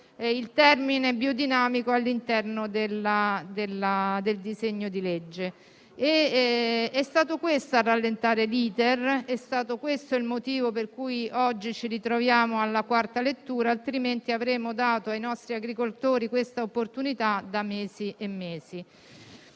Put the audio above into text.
il termine «biodinamico» all'interno del disegno di legge. È stato questo a rallentare l'*iter*; è stato questo il motivo per cui oggi ci ritroviamo alla quarta lettura, altrimenti avremmo dato questa opportunità ai nostri